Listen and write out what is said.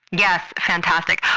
yes fantastic.